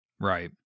Right